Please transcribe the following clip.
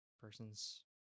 person's